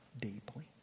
deeply